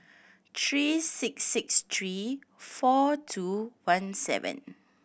three six six three four two one seven